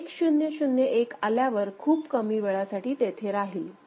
1001 आल्यावर खूप कमी वेळासाठी तेथे राहील